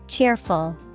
Cheerful